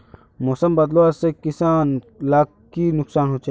मौसम बदलाव से किसान लाक की नुकसान होचे?